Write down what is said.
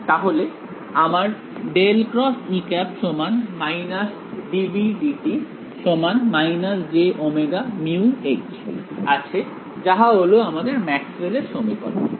তাহলে আমার ∇× dBdt jωμ আছে যাহা হল আমাদের ম্যাক্সওয়েলের সমীকরণ ঠিক